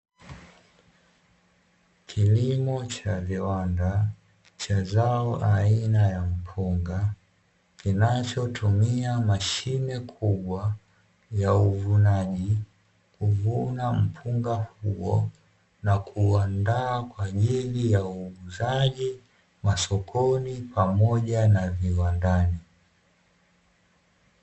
Kilimo cha viwanda cha zao aina ya mpunga, kinachotumia mashine kubwa ya uvunaji kuvuna mpunga huo na kuuandaa kwa ajili ya uuzaji masokoni pamoja na viwandani.